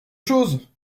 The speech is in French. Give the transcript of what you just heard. chose